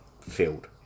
field